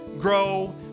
grow